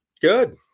Good